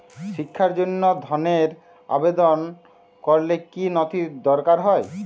শিক্ষার জন্য ধনের আবেদন করলে কী নথি দরকার হয়?